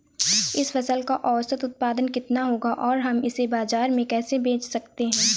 इस फसल का औसत उत्पादन कितना होगा और हम इसे बाजार में कैसे बेच सकते हैं?